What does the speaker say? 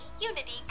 Unity